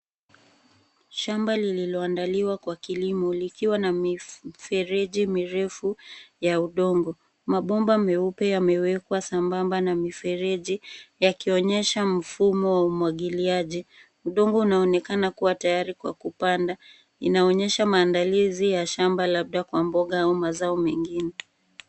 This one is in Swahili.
Shamba lililoa andaliwa kwa kilimo, likiwa na mifereji mirefu ya udongo. Mabomba meupe yamewekwa sambamba na mifereji yakionyesha mfumo wa umwagiliaji. Udongo unaonekana kuwa tayari kwa kupanda .Inaonyesha maandalizi ya shamba labda kwa mboga au mazao mengine.